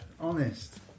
Honest